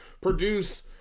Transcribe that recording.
produce